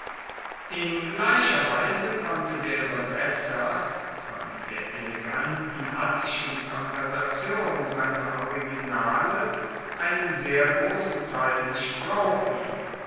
in gleicher weise konnte der uebersetzer von der eleganten attischen konversation seiner originale einen sehr grossen teil nicht brauchen